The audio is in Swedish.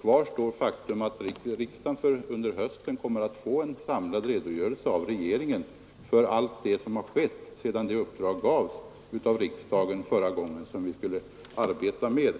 Kvar står det faktum att riksdagen under hösten av regeringen kommer att få en samlad redogörelse för allt som skett sedan riksdagen förra gången gav det uppdrag regeringen skulle arbeta med.